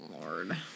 Lord